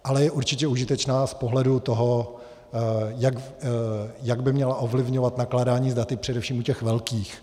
Ale je určitě užitečné z pohledu toho, jak by mělo ovlivňovat nakládání s daty především u těch velkých.